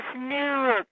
new